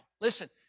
Listen